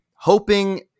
Hoping